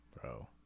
bro